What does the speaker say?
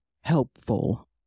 helpful